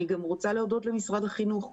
אני גם רוצה להודות למשרד החינוך.